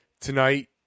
tonight